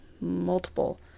multiple